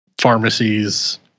pharmacies